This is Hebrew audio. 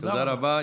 תודה רבה.